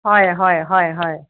হয় হয় হয় হয়